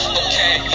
okay